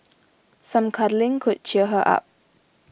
some cuddling could cheer her up